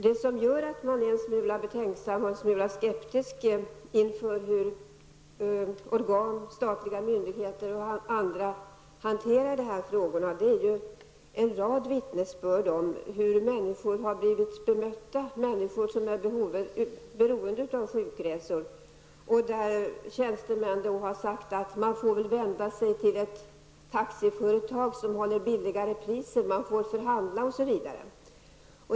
Det som gör att man är en smula betänksam och en smula skeptisk inför hur olika organ, statliga myndigheter och andra, hanterar de här frågorna är en rad vittnesbörd om hur människor har blivit bemötta, människor som är beroende av sjukresor. Tjänstemännen har då t.ex. sagt att man väl får vända sig till ett taxiföretag som håller lägre priser, man får förhandla osv.